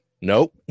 Nope